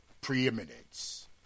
preeminence